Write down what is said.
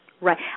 Right